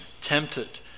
tempted